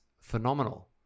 phenomenal